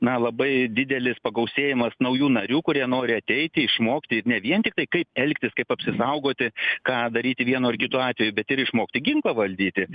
na labai didelis pagausėjimas naujų narių kurie nori ateiti išmokti ne vien tik tai kaip elgtis kaip apsisaugoti ką daryti vienu ar kitu atveju bet ir išmokti ginklą valdyti